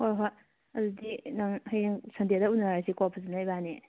ꯍꯣꯏ ꯍꯣꯏ ꯑꯗꯨꯗꯤ ꯅꯪ ꯍꯌꯦꯡ ꯁꯟꯗꯦꯗ ꯎꯅꯔꯁꯤꯀꯣ ꯐꯖꯅ ꯏꯕꯥꯅꯤ